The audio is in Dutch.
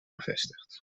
bevestigd